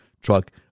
truck